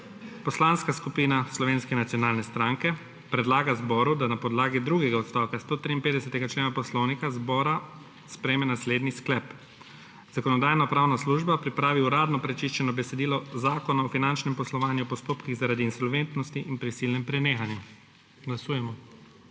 Poslanska skupina Slovenske nacionalne stranke predlaga zboru, da na podlagi drugega odstavka 153. člena Poslovnika Državnega zbora sprejme naslednji sklep: Zakonodajno-pravna služba pripravi uradno prečiščeno besedilo Zakona o finančnem poslovanju v postopkih zaradi insolventnosti in prisilnem prenehanju. Glasujemo.